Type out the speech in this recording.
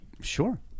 Sure